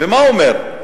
ומה הוא אומר?